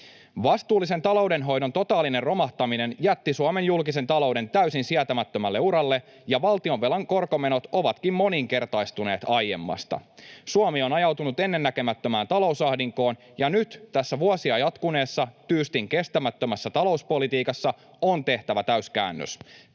Vastuullisen taloudenhoidon totaalinen romahtaminen jätti Suomen julkisen talouden täysin sietämättömälle uralle, ja valtionvelan korkomenot ovatkin moninkertaistuneet aiemmasta. Suomi on ajautunut ennennäkemättömään talousahdinkoon, ja nyt tässä vuosia jatkuneessa tyystin kestämättömässä talouspolitiikassa on tehtävä täyskäännös